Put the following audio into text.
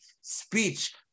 speech